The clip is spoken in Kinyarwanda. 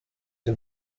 the